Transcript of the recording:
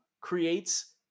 creates